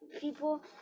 people